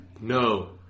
No